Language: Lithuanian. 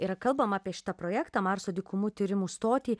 yra kalbama apie šitą projektą marso dykumų tyrimų stotį